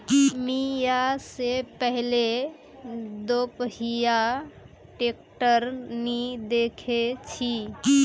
मी या से पहले दोपहिया ट्रैक्टर नी देखे छी